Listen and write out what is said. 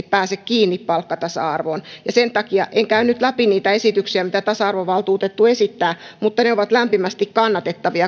pääse kiinni palkkatasa arvoon en käy nyt läpi niitä esityksiä mitä tasa arvovaltuutettu esittää mutta ne ovat lämpimästi kannatettavia